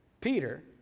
Peter